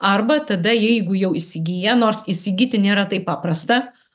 arba tada jeigu jau įsigyja nors įsigyti nėra taip paprasta